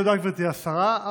גברתי השרה.